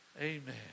Amen